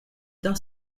dans